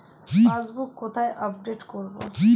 Passbook কোথায় update করব?